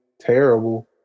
terrible